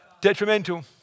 detrimental